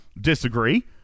disagree